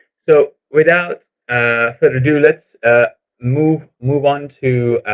so without further do, let's move move on to